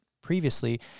previously